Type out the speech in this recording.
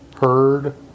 heard